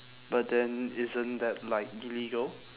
but then isn't that like illegal